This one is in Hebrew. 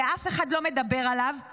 ואף אחד לא מדבר עליו,